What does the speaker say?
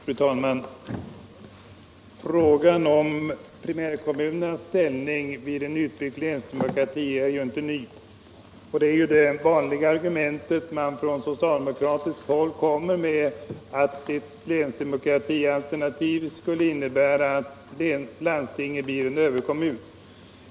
Fru talman! Frågan om primärkommunernas ställning vid en utbyggd länsdemokrati är ju inte ny, och det vanliga argumentet från socialdemokratiskt håll är att Länsdemokrati innebär att landstinget blir en ”överkommun”.